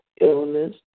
illness